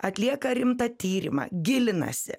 atlieka rimtą tyrimą gilinasi